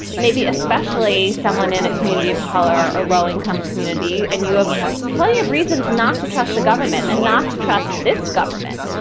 maybe especially someone in a community of color or low-income community, and you have plenty of reasons not to trust the government and not to trust this government.